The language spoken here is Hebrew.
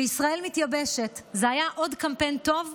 "ישראל מתייבשת" היה עוד קמפיין טוב,